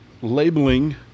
labeling